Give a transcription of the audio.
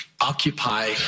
occupy